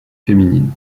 féminine